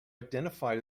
identify